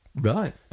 Right